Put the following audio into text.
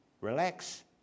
Relax